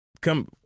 come